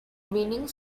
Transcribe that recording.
winning